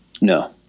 no